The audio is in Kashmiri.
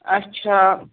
اَچھا